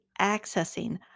accessing